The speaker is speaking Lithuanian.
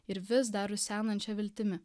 ir vis dar rusenančia viltimi